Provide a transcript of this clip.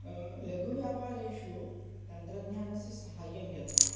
लघुव्यापारेषु तन्त्रज्ञानस्य साहाय्यं यथा